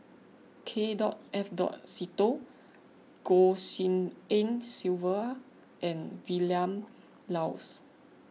K dot F dot Seetoh Goh Tshin En Sylvia and Vilma Laus